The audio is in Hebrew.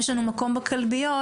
יש לנו מקום בכלביות',